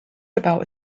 about